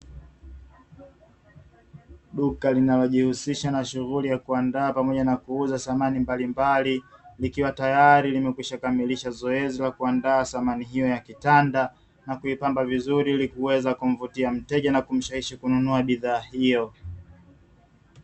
Duka linalojihusisha na kuuza pamoja na kuandaa samani mbalimbali, likiwa tayari limekwisha kamilisha zoezi la kuandaa samani hiyo ya kitanda na kuipamba vizuri ili kuweze kumvutia mteja na kumshawishi kununua bidhaa hiyo.